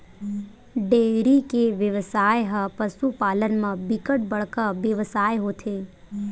dairy के बेवसाय ह पसु पालन म बिकट बड़का बेवसाय होथे